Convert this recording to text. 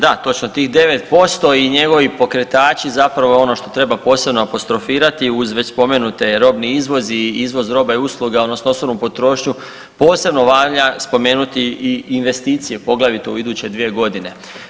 Da, točno tih 9% i njegovi pokretači zapravo je ono što treba posebno apostrofirati uz već spomenute robni izvoz i izvoz roba i usluga odnosno osobnu potrošnju posebno valja spomenuti i, i investicije poglavito u iduće 2 godine.